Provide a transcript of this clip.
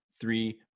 three